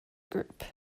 group